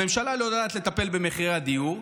הממשלה לא יודעת לטפל במחירי הדיור,